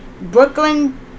Brooklyn